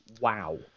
Wow